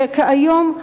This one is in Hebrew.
שכיום,